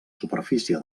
superfície